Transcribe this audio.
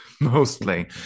mostly